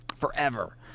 forever